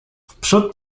wprzód